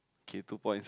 K two points